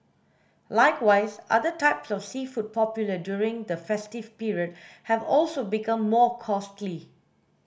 likewise other types of seafood popular during the festive period have also become more costly